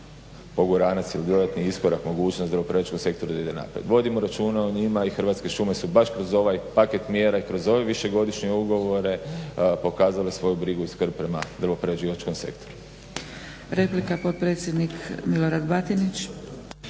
poguranac ili dodatni iskorak, mogućnost drvoprerađivačkom sektoru da ide naprijed. Vodimo računa o njima i Hrvatske šume su baš kroz ovaj paket mjera i kroz ove višegodišnje ugovore pokazale svoju brigu i skrb prema drvoprerađivačkom sektoru. **Zgrebec, Dragica (SDP)** Replika, potpredsjednik Milorad Batinić.